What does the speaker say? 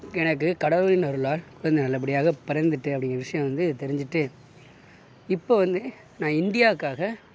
எனக்கு கடவுளின் அருளால் குழந்தை நல்லபடியாக பிறந்திட்டு அப்படிங்குற விஷயம் வந்து தெரிஞ்சுட்டு இப்போ வந்து நான் இந்தியாக்காக